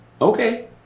Okay